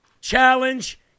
challenge